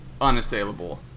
unassailable